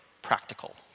practical